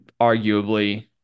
arguably